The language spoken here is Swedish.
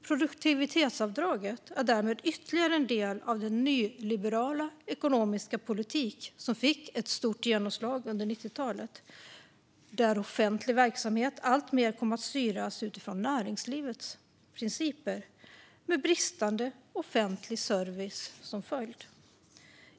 Produktivitetsavdraget är därmed ytterligare en del av den nyliberala ekonomiska politik som fick stort genomslag under 90-talet, där offentlig verksamhet alltmer kom att styras utifrån näringslivets principer, med bristande offentlig service som följd.